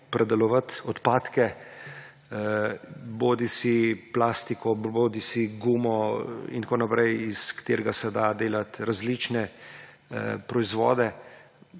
predelovati odpadke, bodisi plastiko, bodisi gumo in tako naprej, iz katerega se da delati različne proizvode,